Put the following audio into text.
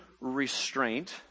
restraint